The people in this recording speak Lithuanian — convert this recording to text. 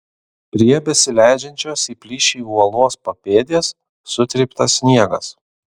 prie besileidžiančios į plyšį uolos papėdės sutryptas sniegas